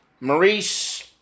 Maurice